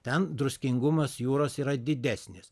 ten druskingumas jūros yra didesnis